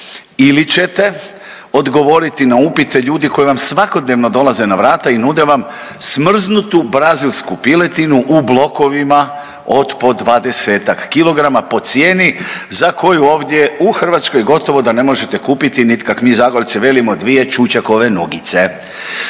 ili ćete odgovoriti na upite ljudi koji vam svakodnevno dolaze na vrata i nude vam smrznutu brazilsku piletinu u blokovima od po dvadesetak kilograma po cijeni za koju ovdje u Hrvatskoj gotovo da ne možete kupiti nit kak' mi Zagorci velimo dvije čučekove nogice.